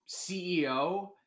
CEO